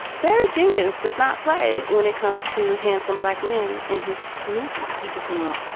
barry jenkins does not play when it comes to handsome black men in his movie. he does not.